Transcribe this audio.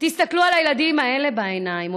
תסתכלו על הילדים האלה בעיניים,